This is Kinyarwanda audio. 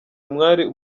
umwari